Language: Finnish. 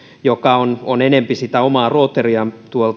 joka on on enempi sitä omaa rootelia